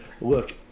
look